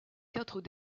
quatre